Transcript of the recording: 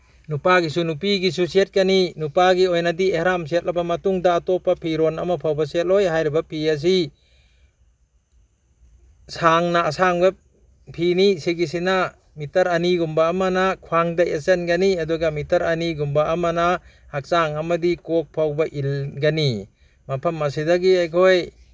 ꯅꯨꯄꯥꯒꯤꯁꯨ ꯅꯨꯄꯤꯒꯤꯁꯨ ꯁꯦꯠꯀꯅꯤ ꯅꯨꯄꯥꯒꯤ ꯑꯣꯏꯅꯗꯤ ꯑꯦꯍꯔꯥꯝ ꯁꯦꯠꯂꯕ ꯃꯇꯨꯡꯗ ꯑꯇꯣꯞꯄ ꯐꯤꯔꯣꯟ ꯑꯃ ꯐꯥꯎꯕ ꯁꯦꯠꯂꯣꯏ ꯍꯥꯏꯔꯤꯕ ꯐꯤ ꯑꯁꯤ ꯁꯥꯡꯅ ꯑꯁꯥꯡꯕ ꯐꯤꯅꯤ ꯁꯤꯒꯤꯁꯤꯅ ꯃꯤꯇꯔ ꯑꯅꯤꯒꯨꯝꯕ ꯑꯃꯅ ꯈ꯭ꯋꯥꯡꯗ ꯌꯦꯠꯁꯤꯟꯒꯅꯤ ꯑꯗꯨꯒ ꯃꯤꯇꯔ ꯑꯅꯤꯒꯨꯝꯕ ꯑꯃꯅ ꯍꯛꯆꯥꯡ ꯑꯃꯗꯤ ꯀꯣꯛ ꯐꯥꯎꯕ ꯏꯟꯒꯅꯤ ꯃꯐꯝ ꯑꯁꯤꯗꯒꯤ ꯑꯩꯈꯣꯏ